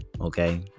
okay